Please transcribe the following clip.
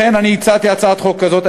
לכן אני הצעתי הצעת חוק כזאת.